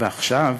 ועכשיו